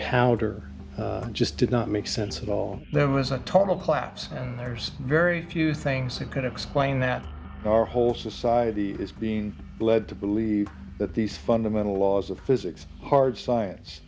powder just did not make sense of all there was a total collapse and there's very few things that could explain that our whole society is being led to believe that these fundamental laws of physics hard science